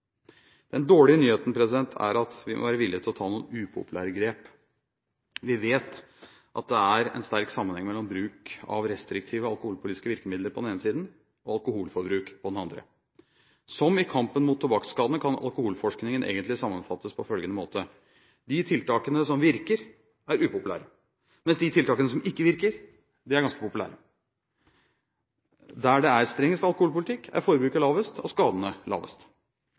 Den dårlige nyheten er at vi må være villige til å ta noen upopulære grep. Vi vet at det er en sterk sammenheng mellom bruk av restriktive alkoholpolitiske virkemidler på den ene siden og alkoholforbruk på den andre. Som i kampen mot tobakkskadene kan alkoholforskningen egentlig sammenfattes på følgende måte: De tiltakene som virker, er upopulære, mens de tiltakene som ikke virker, er ganske populære. Der det er strengest alkoholpolitikk, er forbruket lavest og skadene lavest.